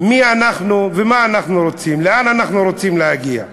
מי אנחנו ומה אנחנו רוצים, לאן אנחנו רוצים להגיע.